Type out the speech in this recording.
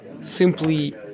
simply